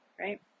right